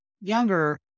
younger